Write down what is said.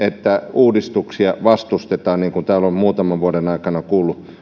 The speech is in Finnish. uudistuksia vastustetaan niin kuin täällä on muutaman vuoden aikana kuullut mutta